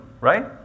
right